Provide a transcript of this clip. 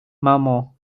mamo